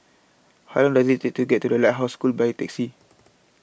How Long Does IT Take to get to The Lighthouse School By Taxi